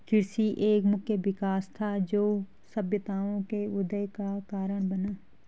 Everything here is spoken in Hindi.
कृषि एक मुख्य विकास था, जो सभ्यताओं के उदय का कारण बना